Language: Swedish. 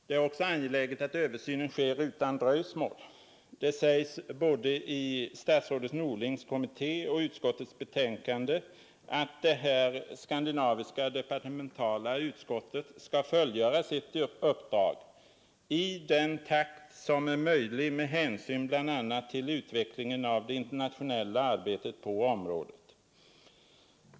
Det är också angeläget att översynen sker utan dröjsmål. Det sägs både i statsrådet Norlings kommuniké och i utskottets betänkande att detta skandinavi departementala utskott skall fullgöra sitt uppdrag ”i den takt som är möjlig med hänsyn bl.a. till utvecklingen av det internationella arbetet på området”.